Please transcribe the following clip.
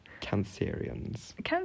Cancerians